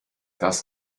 das